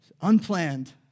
Unplanned